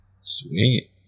Sweet